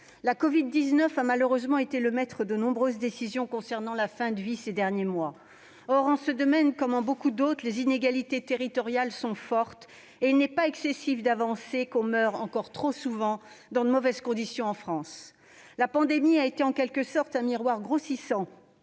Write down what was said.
La covid-19 a malheureusement été le maître de nombreuses décisions concernant la fin de vie ces derniers mois. Or, en ce domaine, comme en beaucoup d'autres, les inégalités territoriales sont fortes et il n'est pas excessif d'avancer qu'on meurt, encore trop souvent, dans de mauvaises conditions en France. La pandémie fut en quelque sorte un miroir grossissant